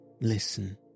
listen